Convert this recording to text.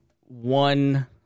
one